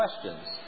questions